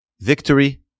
victory